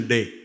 Day